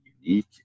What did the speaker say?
unique